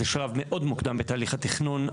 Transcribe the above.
זה שלב מאוד מוקדם בתהליך התכנון.